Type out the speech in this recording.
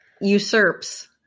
usurps